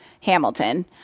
Hamilton